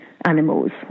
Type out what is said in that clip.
animals